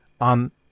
on